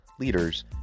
Leaders